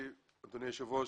אדוני היושב ראש,